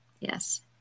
Yes